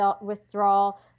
withdrawal